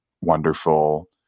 wonderful